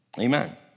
Amen